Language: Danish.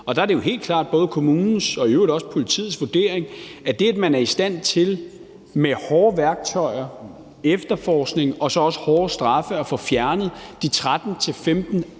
Der er det jo helt klart både kommunens og i øvrigt også politiets vurdering, at det, at man er i stand til med hårde værktøjer, efterforskning og også hårde straffe at få fjernet de 13-15